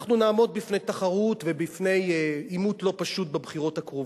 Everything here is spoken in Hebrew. אנחנו נעמוד בפני תחרות ובפני עימות לא פשוט בבחירות הקרובות.